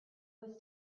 was